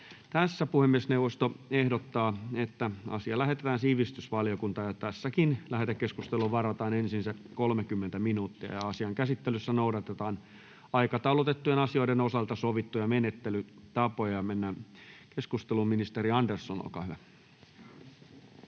asia. Puhemiesneuvosto ehdottaa, että asia lähetetään sivistysvaliokuntaan. Tässäkin lähetekeskusteluun varataan ensin 30 minuuttia. Asian käsittelyssä noudatetaan aikataulutettujen asioiden osalta sovittuja menettelytapoja. — Mennään keskusteluun. Ministeri Andersson, olkaa hyvä.